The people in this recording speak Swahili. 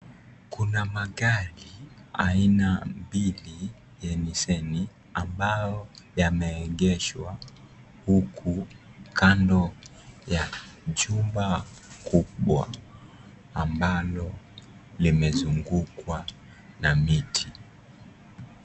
Kuna magari aina mbili ya (CS)nisene(CS)ambao yameegeshwa huku Kando ya chumba kubwa ambalo limezungukwa na miti.